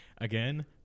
again